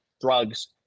drugs